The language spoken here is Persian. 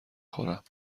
خورم